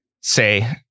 say